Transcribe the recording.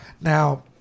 Now